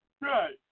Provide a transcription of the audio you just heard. right